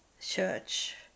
Church